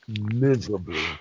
miserably